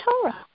Torah